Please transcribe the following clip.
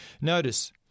Notice